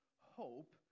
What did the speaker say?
hope